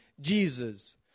Jesus